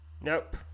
Nope